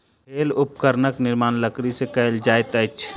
खेल उपकरणक निर्माण लकड़ी से कएल जाइत अछि